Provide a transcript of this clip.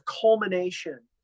culmination